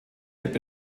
lebt